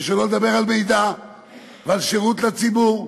ושלא לדבר על מידע ועל שירות לציבור.